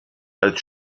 als